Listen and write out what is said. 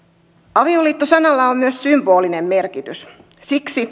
avioliitto sanalla on myös symbolinen merkitys siksi